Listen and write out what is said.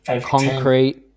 concrete